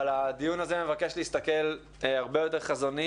אבל הדיון הזה מבקש להסתכל הרבה יותר חזוני